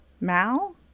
Mal